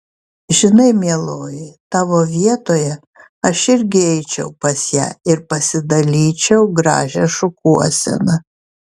žinai mieloji tavo vietoje aš irgi eičiau pas ją ir pasidalyčiau gražią šukuoseną